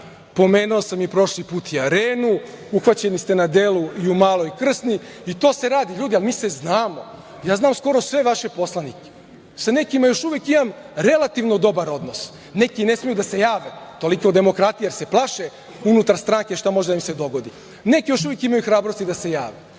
Pomenuo sam i prošli put i Arenu. Uhvaćeni ste na delu i u Maloj Krsni. I to se radi. Ljudi, mi se znamo, ja znam skoro sve vaše poslanike. Sa nekima još uvek imam relativno dobar odnos. Neki ne smeju da se jave. Toliko o demokratiji, jer se plaše unutar stranke šta može da im se dogodi. Neki još uvek imaju hrabrosti da se jave.